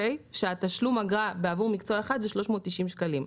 שתשלום האגרה עבור מקצוע אחד הוא 390 שקלים.